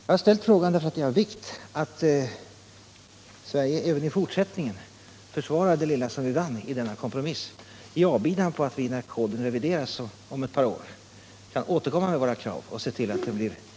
Jag har ställt min fråga därför att det är av vikt att Sverige även i fortsättningen försvarar det lilla som vi vann i denna kompromiss i avbidan på att vi när koden revideras om ett par år kan återkomma med våra krav och se till att den blir effektivare.